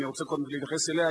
אני רוצה קודם להתייחס אליה,